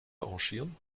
arrangieren